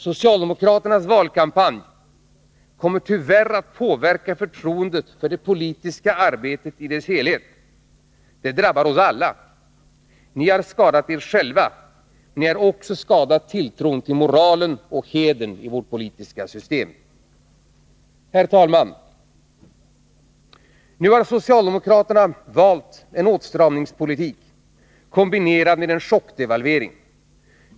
Socialdemokraternas valkampanj kommer tyvärr att påverka förtroendet för det politiska arbetet i dess helhet. Detta drabbar oss alla. Ni har skadat er själva, men ni har också skadat tilltron till moralen och hedern i vårt politiska system. Herr talman! Nu har socialdemokraterna valt en åtstramningspolitik kombinerad med en chockdevalvering.